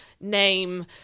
name